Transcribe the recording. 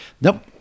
nope